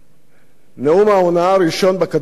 נאום ההונאה הראשון בקדנציה ארוכה